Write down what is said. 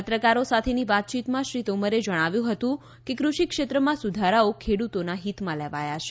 પત્રકારો સાથેની વાતયીતમાં શ્રી તોમરે જણાવ્યું હતું કે કૃષિ ક્ષેત્રમાં સુધારાઓ ખેડૂતોના હિતમાં લેવાયા છે